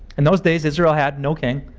and those days israel had no king